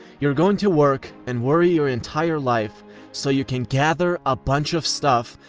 you're going to work and worry your entire life so you can gather a bunch of stuff,